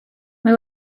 mae